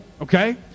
okay